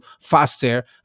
faster